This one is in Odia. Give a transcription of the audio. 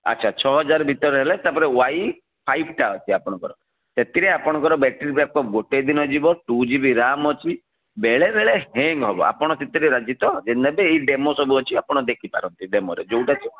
ଆଚ୍ଛା ଛଅ ହଜାର ଭିତରେ ହେଲେ ତା'ପରେ ୱାଇ ଫାଇଭ୍ଟା ଅଛି ଆପଣଙ୍କର ସେଥିରେ ଆପଣଙ୍କର ବେଟ୍ରି ବ୍ୟାକ୍ଅପ୍ ଗୋଟେ ଦିନ ଯିବ ଟୁ ଜିବି ରେମ୍ ଅଛି ବେଳେବେଳେ ହ୍ୟାଙ୍ଗ୍ ହେବ ଆପଣ ସେଥିରେ ରାଜି ତ ଯଦି ନେବେ ଏଇ ଡେମୋ ସବୁ ଅଛି ଆପଣ ଦେଖିପାରନ୍ତି ଡେମୋରେ ଯୋଉଟା